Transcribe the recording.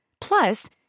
Plus